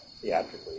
theatrically